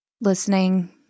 listening